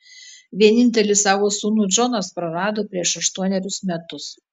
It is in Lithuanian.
vienintelį savo sūnų džonas prarado prieš aštuonerius metus